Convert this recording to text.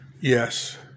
Yes